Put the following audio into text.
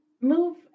move